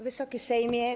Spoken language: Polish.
Wysoki Sejmie!